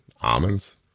almonds